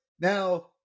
now